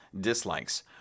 dislikes